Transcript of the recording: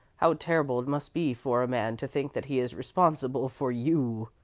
how terrible it must be for a man to think that he is responsible for you!